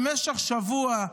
במשך שבוע,